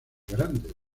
grandes